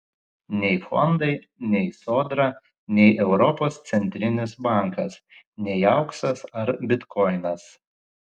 nei fondai nei sodra nei europos centrinis bankas nei auksas ar bitkoinas